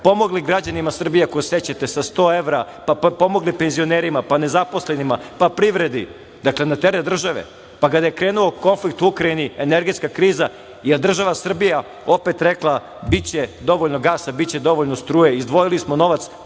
pomogli građanima Srbije, ako se sećate sa sto evra, pomogli penzionerima, pa nezaposlenima, pa privredi, dakle na teret države. Pa, kada je krenuo konflikt u Ukrajini, energetska kriza, da li je država Srbija opet rekla, biće dovoljno gasa, biće dovoljno struje, izdvojili smo novac,